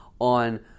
on